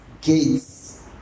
gates